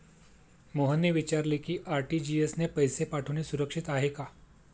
मोहनने विचारले की आर.टी.जी.एस ने पैसे पाठवणे सुरक्षित आहे का?